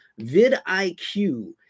VidIQ